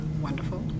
wonderful